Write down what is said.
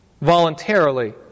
voluntarily